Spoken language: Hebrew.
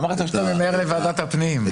אמרת שאתה ממהר לוועדת הפנים.